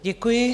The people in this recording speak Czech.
Děkuji.